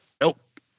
Nope